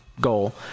goal